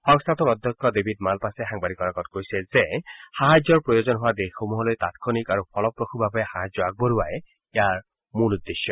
সংস্থাটোৰ অধ্যক্ষ David Malpass সাংবাদিকৰ আগত কৈছে যে সাহায্যৰ প্ৰয়োজন হোৱা দেশসমূহলৈ তাৎক্ষণিক আৰু ফলপ্ৰসুভাৱে সাহায্য আগবঢ়োৱাই ইয়াৰ মূল উদ্দেশ্য